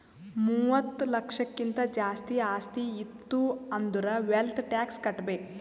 ಮೂವತ್ತ ಲಕ್ಷಕ್ಕಿಂತ್ ಜಾಸ್ತಿ ಆಸ್ತಿ ಇತ್ತು ಅಂದುರ್ ವೆಲ್ತ್ ಟ್ಯಾಕ್ಸ್ ಕಟ್ಬೇಕ್